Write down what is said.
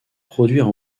produire